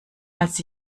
als